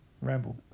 Ramble